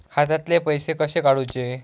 खात्यातले पैसे कसे काडूचे?